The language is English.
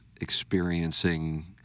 experiencing